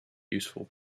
useful